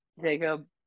Jacob